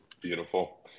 Beautiful